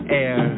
air